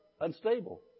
Unstable